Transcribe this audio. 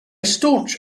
staunch